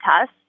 test